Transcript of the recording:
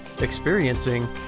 experiencing